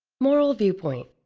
moral viewpoint.